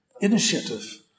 initiative